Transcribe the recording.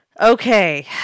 Okay